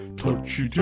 touchy